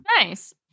nice